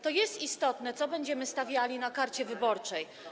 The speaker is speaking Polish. To jest istotne, co będziemy stawiali na karcie wyborczej.